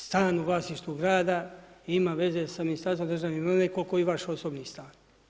Stan u vlasništvu grada ima veze sa Ministarstvom državne imovine koliko i vaš osobni stan.